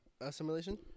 assimilation